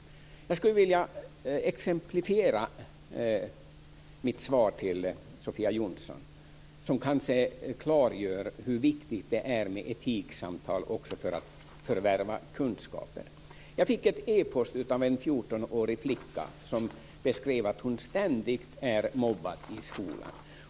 Jag skulle vilja exemplifiera mitt svar till Sofia Jonsson, vilket kanske klargör hur viktigt det är med etiksamtal också för att förvärva kunskaper. Jag fick ett e-postmeddelande från en 14-årig flicka som beskrev att hon ständigt är mobbad i skolan.